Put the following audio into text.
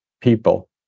people